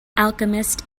alchemist